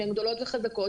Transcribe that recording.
שהן גדולות וחזקות,